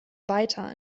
weiter